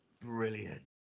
Brilliant